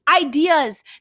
ideas